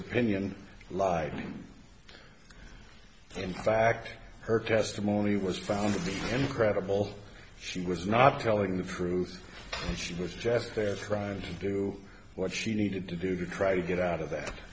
opinion lied in fact her testimony was found to be incredible she was not telling the truth and she was just there trying to do what she needed to do to try to get out of that